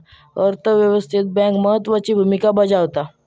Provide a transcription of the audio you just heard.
अर्थ व्यवस्थेत बँक महत्त्वाची भूमिका बजावता